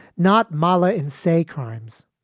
not mollah and say crimes.